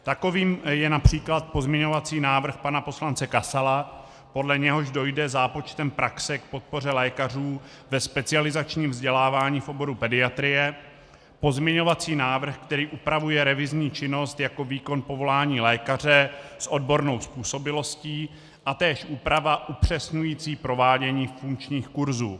Takovým je např. pozměňovací návrh pana poslance Kasala, podle něhož dojde zápočtem praxe k podpoře lékařů ve specializačním vzdělávání v oboru pediatrie, pozměňovací návrh, který upravuje revizní činnost jako výkon povolání lékaře s odbornou způsobilostí, a též úprava upřesňující provádění funkčních kurzů.